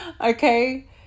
Okay